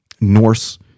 Norse